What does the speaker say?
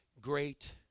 great